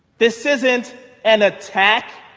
this isn't an attack.